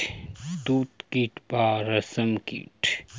তুত কীট বা রেশ্ম কীট